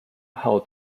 how